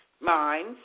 Mines